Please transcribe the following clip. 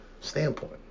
standpoint